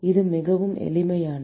இது மிகவும் எளிமையானது